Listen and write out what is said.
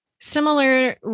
Similar